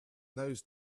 those